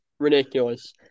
ridiculous